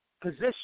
position